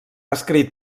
escrit